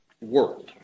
world